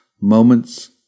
moments